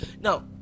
now